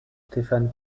stefan